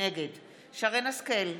נגד שרן מרים השכל,